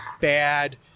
bad